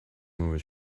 movie